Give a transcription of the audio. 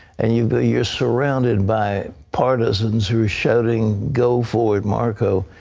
and you're you're surrounded by partisans who are shouting, go for it, marco.